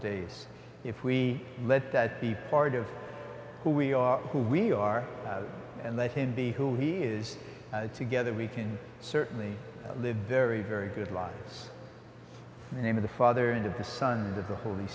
days if we let that be part of who we are who we are and let him be who he is together we can certainly live very very good lives in the name of the father and of the son of the holy